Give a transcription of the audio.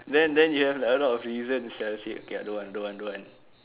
then then you have a lot of reason sia said okay I don't want don't want don't want